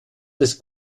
des